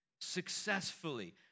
successfully